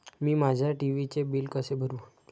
मी माझ्या टी.व्ही चे बिल कसे भरू?